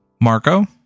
Marco